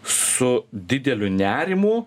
su dideliu nerimu